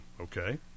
okay